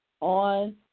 on